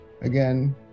again